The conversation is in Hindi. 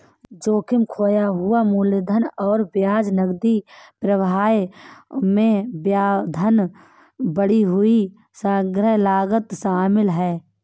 जोखिम, खोया हुआ मूलधन और ब्याज, नकदी प्रवाह में व्यवधान, बढ़ी हुई संग्रह लागत शामिल है